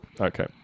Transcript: Okay